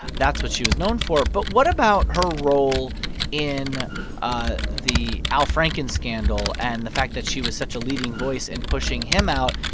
that's what she was known for. but what about her role in ah the al franken scandal and the fact that she was such a leading voice in pushing him out?